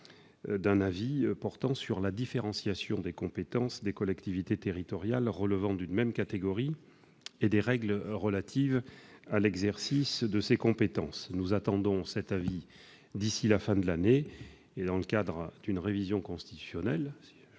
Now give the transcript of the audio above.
d'un avis portant sur la différenciation des compétences des collectivités territoriales relevant d'une même catégorie et des règles relatives à l'exercice de ces compétences. Nous attendons cet avis d'ici à la fin de l'année. En fonction de cet avis, nous pourrons